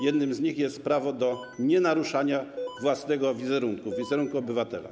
Jednym z nich jest prawo do nienaruszania własnego wizerunku, wizerunku obywatela.